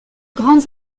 grandes